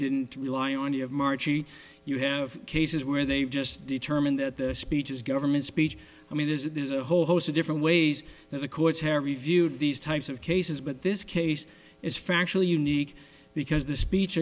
didn't rely on you have margie you have cases where they've just determined that the speech is government speech i mean there's a there's a whole host of different ways that the courts have reviewed these types of cases but this case is factual unique because the speech